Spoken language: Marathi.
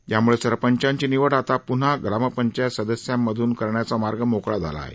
यामुळे सरपंचांची निवड आता पुन्हा ग्राम पंचायत सदस्यांमधून करण्याचा मार्ग मोकळा झाला आहे